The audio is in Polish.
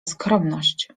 skromność